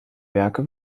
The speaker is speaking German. werke